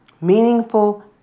meaningful